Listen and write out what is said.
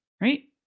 right